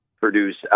produce